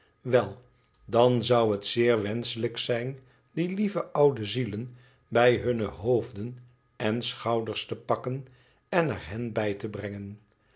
wel dan zou het zeer wenschelijk zijn die lieve oude zielen bij hunne hoofden en schouders te pakken en er hen bij te brengen